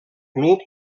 club